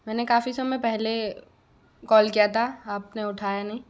मैंने काफ़ी समय पहले कॉल किया था आपने उठाया नहीं